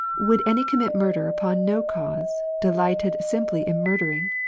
would any commit murder upon no cause, delighted simply in murdering?